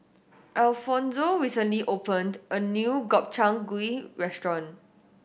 Alfonzo recently opened a new Gobchang Gui Restaurant